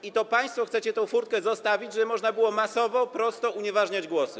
I to państwo chcecie tę furtkę zostawić, żeby można było masowo, prosto unieważniać głosy.